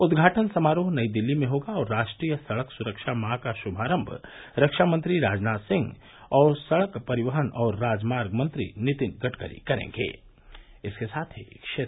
उद्घाटन समारोह नई दिल्ली में होगा और राष्ट्रीय सड़क सुरक्षा माह का शुभारंभ रक्षामंत्री राजनाथ सिंह और सड़क परिवहन और राजमार्ग मंत्री नितिन गडकरी करेंगे